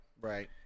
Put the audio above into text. right